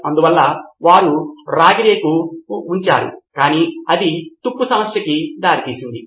అందువల్ల వారు రాగి రేకు కలిగి ఉన్నారు కాని అది తుప్పు సమస్యకు దారితీసింది